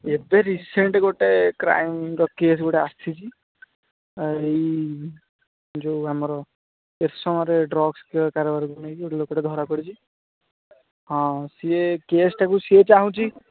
ଏବେ ରିସେଣ୍ଟ୍ ଗୋଟେ କ୍ରାଇମ୍ର କେସ୍ ଗୋଟେ ଆସିଛି ଏହି ଯେଉଁ ଆମର କେତେ ସମୟରେ ଡ୍ରଗ୍ସର କାରବାରକୁ ନେଇକି ଗୋଟେ ଲୋକଟେ ଧରା ପଡ଼ିଛି ହଁ ସିଏ କେସ୍ଟାକୁ ସିଏ ଚାଁହୁଛି